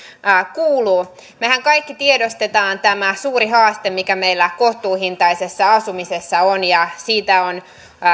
kuuluu mehän kaikki tiedostamme tämän suuren haasteen mikä meillä kohtuuhintaisessa asumisessa on ja siitä on